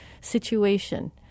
situation